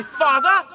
father